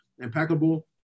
impeccable